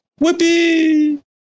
whippy